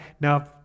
now